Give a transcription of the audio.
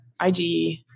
IG